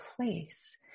place